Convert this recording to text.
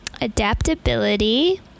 Adaptability